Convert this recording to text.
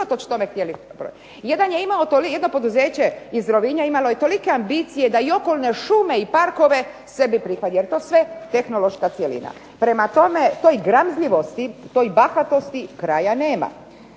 jedno poduzeće iz Rovinja imalo je tolike ambicije da i okolne šume i parkove sebe pripoji jer je to sve tehnološka cjelina. Prema tome, toj gramzljivosti, toj bahatosti kraja nema.